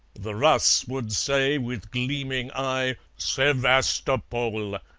the russ would say with gleaming eye sevastopol!